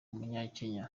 umunyakenya